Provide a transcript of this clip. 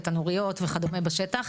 הנוריות וכד' בשטח.